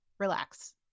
relax